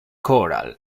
coral